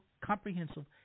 comprehensive